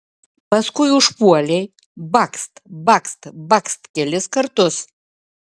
paskui užpuolei bakst bakst bakst kelis kartus